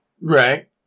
Right